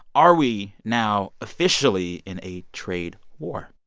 are we now officially in a trade war?